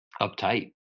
uptight